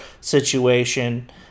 situation